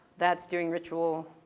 that's during ritual.